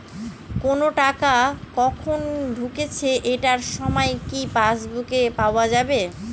কোনো টাকা কখন ঢুকেছে এটার সময় কি পাসবুকে পাওয়া যাবে?